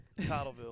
Cottleville